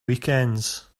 weekends